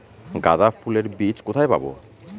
গাঁদা ফুলের বীজ কোথায় পাবো?